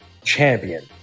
champion